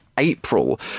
April